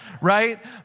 Right